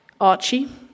Archie